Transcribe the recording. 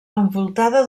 envoltada